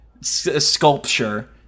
Sculpture